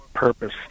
purpose